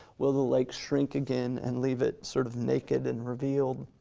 will the lake shrink again and leave it sort of naked and revealed?